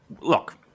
look